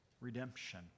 redemption